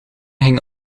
ging